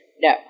No